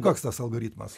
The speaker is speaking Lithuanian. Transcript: koks tas algoritmas